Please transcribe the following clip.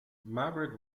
margaret